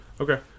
Okay